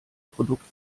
produkt